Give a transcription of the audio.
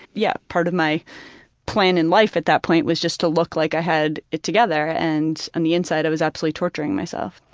yeah, part of my plan in life at that point was just to look like i had it together. and on the inside i was absolutely torturing myself.